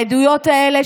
העדויות האלה,